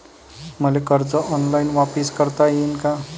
मले कर्ज ऑनलाईन वापिस करता येईन का?